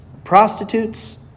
Prostitutes